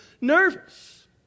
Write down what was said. nervous